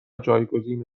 جایگزین